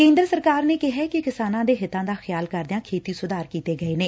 ਕੇਦਰ ਸਰਕਾਰ ਨੇ ਕਿਹੈ ਕਿ ਕਿਸਾਨਾ ਦੇ ਹਿੱਤਾ ਦਾ ਖਿਆਲ ਕਰਦਿਆਂ ਖੇਤੀ ਸੁਧਾਰ ਕੀਤੇ ਗਏ ਨੇ